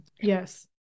Yes